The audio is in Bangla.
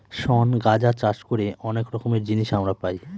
শন গাঁজা চাষ করে অনেক রকমের জিনিস আমরা পাই